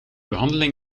behandeling